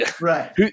Right